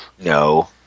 No